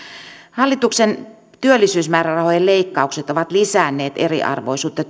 hallituksen työllisyysmäärärahojen leikkaukset ovat lisänneet eriarvoisuutta